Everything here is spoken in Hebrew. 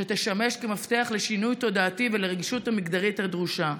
שתשמש מפתח לשינוי תודעתי ולרגישות המגדרית הדרושה,